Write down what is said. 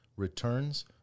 returns